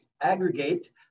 aggregate